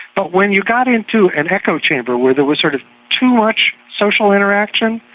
but when you got into an echo chamber where there was sort of too much social interaction,